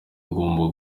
agomba